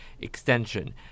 extension